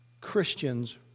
Christians